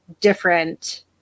different